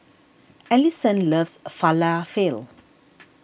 Alyson loves Falafel